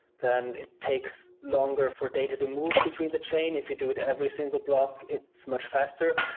then it takes longer for data to move between the chain. if you do it every single block, it's much faster,